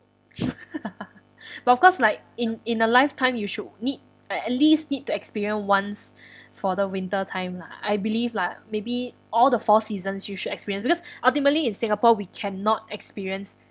but of course like in in a lifetime you should need at at least need to experience once for the winter time lah I believe lah maybe all the four seasons you should experience because ultimately in singapore we cannot experience